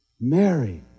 Mary